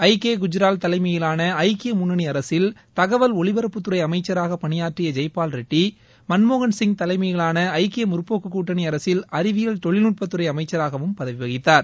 ஐ கே குஜ்ரால் தலைமையிலான ஐக்கிய முன்னணி அரசில் தகவல் ஒலிபரப்புத்துறை அமைச்சராக பணியாற்றிய ஜெய்பால் ரெட்டி மன்மோகள் சிங் தலைமையிலான ஐக்கிய முற்போக்கு கூட்டணி அரசில் அறிவியல் தொழில்நுட்பத்துறை அமைச்சராகவும் பதவி வகித்தார்